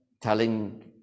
telling